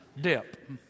dip